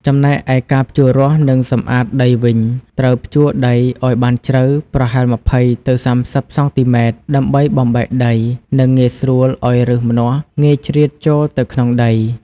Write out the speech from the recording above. ចំណែកឯការភ្ជួររាស់ និងសម្អាតដីវិញត្រូវភ្ជួរដីឲ្យបានជ្រៅ (ប្រហែល ២០ ទៅ ៣០ សង់ទីម៉ែត្រ) ដើម្បីបំបែកដី និងងាយស្រួលឲ្យឫសម្នាស់ងាយជ្រៀតចូលទៅក្នុងដី។